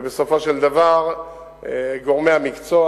ובסופו של דבר גורמי המקצוע,